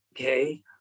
okay